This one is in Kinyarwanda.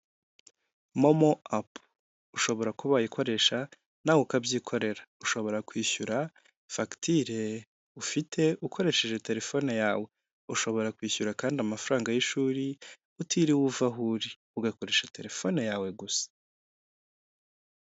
Momo apu ushobora kuba wayikoresha nawe ukabyikorera, ushobora kwishyura fagitire ufite ukoresheje telefone yawe, ushobora kwishyura kandi amafaranga y'ishuri utiriwe uva aho uri ugakoresha telefone yawe gusa.